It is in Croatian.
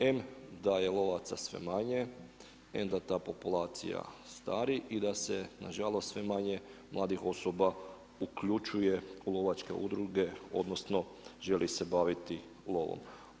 Em da je lovaca sve manje, em da ta populacija stari i da se nažalost sve manje mladih osoba uključuje u lovačke udruge, odnosno želi se baviti lovom.